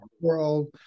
world